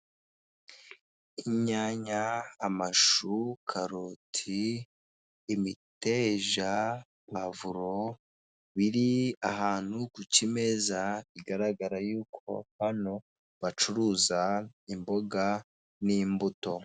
Inyanya, amashu, karoti, imiteja, puwaavuro biri ahantu ku kimeza bigaragara ko hano Ari ahantu bacuruza imboga n'imbuto.